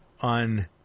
on